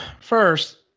first